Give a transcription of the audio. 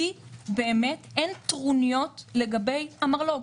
לי באמת אין טרוניות לגבי המרלוג.